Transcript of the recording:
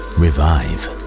revive